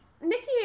Nikki